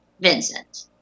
Vincent